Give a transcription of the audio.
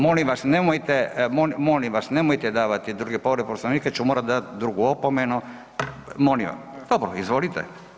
Molim vas nemojte, molim vas nemojte davati druge povrede Poslovnika jer ću morat dati drugu opomenu, molim, dobro, izvolite.